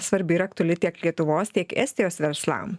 svarbi ir aktuali tiek lietuvos tiek estijos verslam